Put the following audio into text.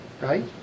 right